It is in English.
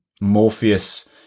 Morpheus